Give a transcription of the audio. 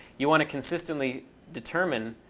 you want to consistently determine